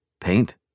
Paint